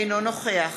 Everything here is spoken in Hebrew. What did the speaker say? אינו נוכח